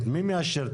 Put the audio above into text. אז אני מרגיש חצי,